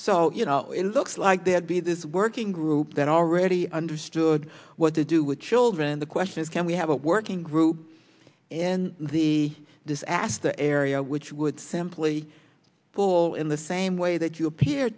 so it looks like there'd be this working group that already understood what to do with children the question is can we have a working group and the this asked the area which would simply pull in the same way that you appear